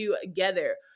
together